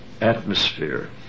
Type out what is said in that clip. atmosphere